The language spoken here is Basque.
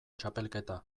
txapelketa